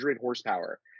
horsepower